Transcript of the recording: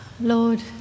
Lord